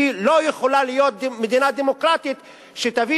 כי לא יכולה להיות מדינה דמוקרטית שתביא